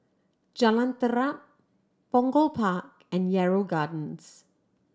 Jalan Terap Punggol Park and Yarrow Gardens